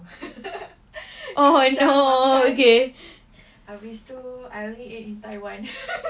oh no okay